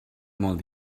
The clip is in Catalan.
molt